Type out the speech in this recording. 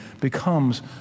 becomes